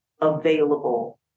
available